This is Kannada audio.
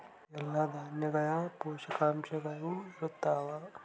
ಎಲ್ಲಾ ದಾಣ್ಯಾಗ ಪೋಷಕಾಂಶಗಳು ಇರತ್ತಾವ?